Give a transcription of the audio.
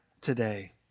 today